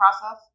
process